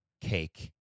Cake